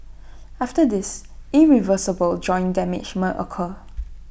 after this irreversible joint damage may occur